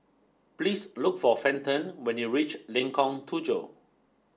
please look for Fenton when you reach Lengkong Tujuh